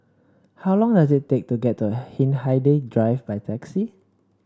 how long does it take to get to Hindhede Drive by taxi